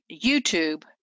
YouTube